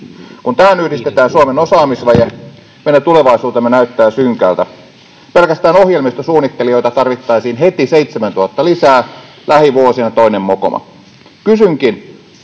Kun tähän yhdistetään Suomen osaamisvaje, meidän tulevaisuutemme näyttää synkältä. Pelkästään ohjelmistosuunnittelijoita tarvittaisiin heti 7 000 lisää, lähivuosina toinen mokoma. Kysynkin: